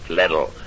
little